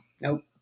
nope